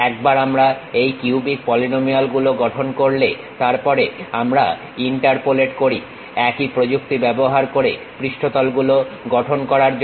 একবার আমরা এই কিউবিক পলিনোমিয়ালগুলো গঠন করলে তারপরে আমরা ইন্টারপোলেট করি একই প্রযুক্তি ব্যবহার করি পৃষ্ঠতল গুলো গঠন করার জন্য